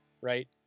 right